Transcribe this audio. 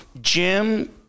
Jim